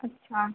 अच्छा